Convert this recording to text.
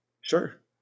sure